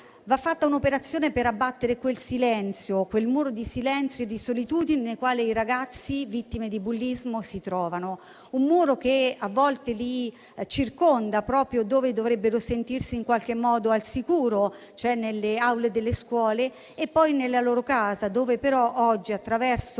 Va fatta un'operazione per abbattere quel silenzio, quel muro di silenzio e di solitudine nel quale i ragazzi vittime di bullismo si trovano. Un muro che a volte li circonda proprio dove dovrebbero sentirsi in qualche modo al sicuro, cioè nelle aule delle scuole e poi nella loro casa, dove però oggi, attraverso